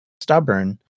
stubborn